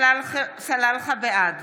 סלאלחה, בעד